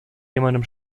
jemandem